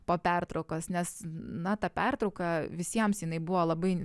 po pertraukos nes na ta pertrauka visiems jinai buvo labai